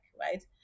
right